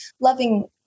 loving